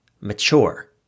Mature